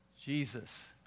Jesus